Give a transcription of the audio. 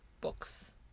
books